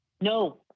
No